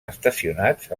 estacionats